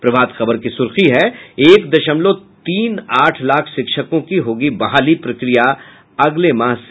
प्रभात खबर की सुर्खी है एक दशमलव तीन आठ लाख शिक्षकों की होगी बहाली प्रक्रिया अगले माह से